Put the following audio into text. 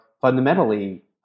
fundamentally